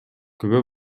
күбө